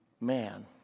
man